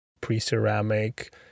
pre-ceramic